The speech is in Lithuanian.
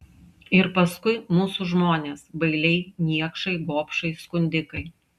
ir paskui mūsų žmonės bailiai niekšai gobšai skundikai